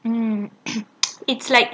mm it's like